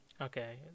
Okay